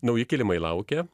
nauji kilimai laukia